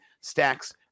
stacks